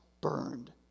burned